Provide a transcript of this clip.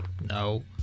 No